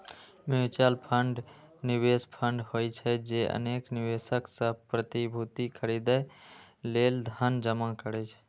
mutual fund निवेश fund होइ छै, जे अनेक निवेशक सं प्रतिभूति खरीदै लेल धन जमा करै छै